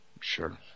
Sure